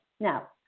Now